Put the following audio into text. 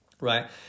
Right